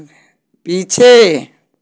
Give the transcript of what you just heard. पीछे